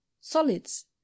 solids